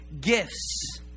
gifts